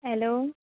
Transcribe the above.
hello